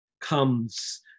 comes